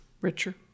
richer